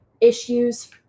issues